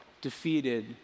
defeated